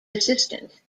assistant